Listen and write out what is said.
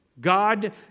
God